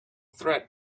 threat